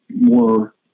more